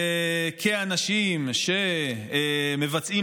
כאנשים שמבצעים